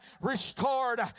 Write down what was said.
restored